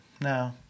no